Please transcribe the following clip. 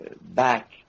back